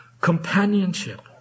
companionship